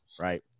right